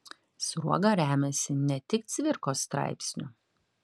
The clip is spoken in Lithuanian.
sruoga remiasi ne tik cvirkos straipsniu